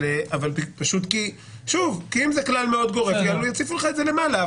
כי אם זה כלל מאוד גורף, יציפו לך את זה למעלה.